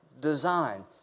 design